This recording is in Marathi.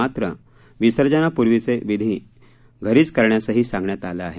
मात्र विसर्जनापूर्वीचे विधी घरीच करण्यासही सांगण्यात आलं आहे